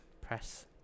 press